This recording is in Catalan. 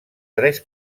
tres